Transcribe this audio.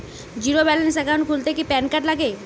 Zero balance account খুলতে কি PAN card লাগে?